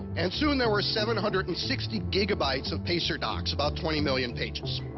and soon there was seven hundred and sixty gigabytes of pacer docs, about twenty million pages.